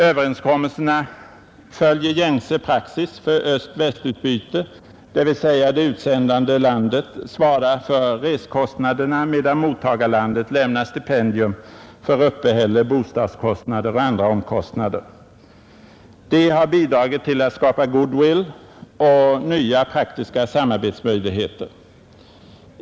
Överenskommelserna följer gängse praxis för öst-västutbyte, dvs. det utsändande landet svarar för resekostnaderna, medan mottagarlandet lämnar stipendier för uppehälle, bostadskostnader och andra omkostnader. Detta har bidragit till att skapa goodwill och nya praktiska samarbetsmöjligheter.